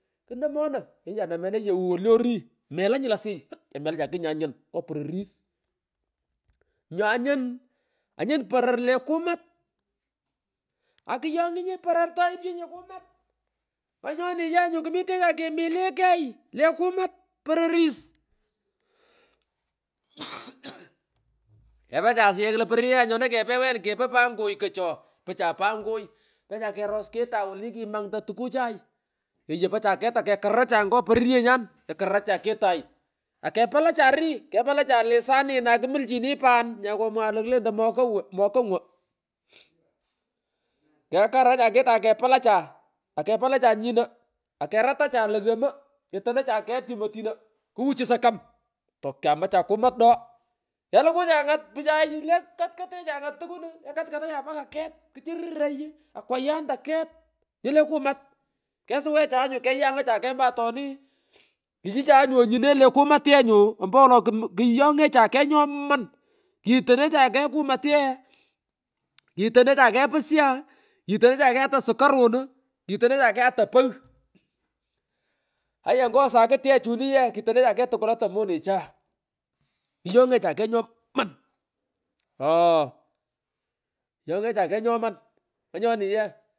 Knomono lonchan nameno yew wolu le ori melanyu lasing ouch keme lacha kugh nyanyhn ngo pororris nganyun anyun poror ie kumat akuyongi poror toipchinyi kumat nganyoni yenyu kemitecha kemeley kegh le kamat pororris kepecha suyeli kilo pororryenyan nyono kepe wena kepo pangoy kocho, pocha pangoy pecha keros ketay woni kimangta tukuchuy ikeyopocha ket takekareracha ngo pororyenyan kekarekacha ketay akepalacha rii kepalacha le saninay kmulchini pan nyokomwongen lo klentoy mokongwo mokongwo kekaracha ketay akepalacha akepalacha nyino aketatacha iu ghomo ketonocha yum otino kuwuchu sakam tokyamacha kumat doo, kelukucha ngat puchay le kotkote cha ingat takwan kekatkatacha mpaka ket, kichu ruray akwayanta ket nyu le kumat kesuwache yenyu ompowolo kuyongecha kegh ata skarunu, kitonecha kegh ata pogh aya ngo sakuti chini ye kitonecha kegh tuka ata monecha kuyongecha kegh nyoman ooh kuyongecha keg nganyoni eeh.